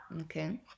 Okay